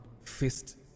fist